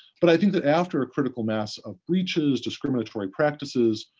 but i think that after a critical mass of breaches, discriminatory practices,